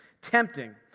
Tempting